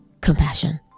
compassion